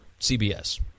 CBS